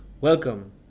Welcome